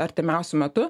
artimiausiu metu